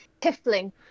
Tiffling